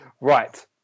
Right